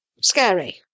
Scary